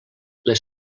les